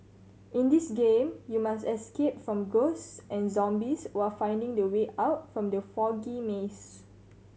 in this game you must escape from ghost and zombies while finding the way out from the foggy maze